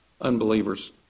unbelievers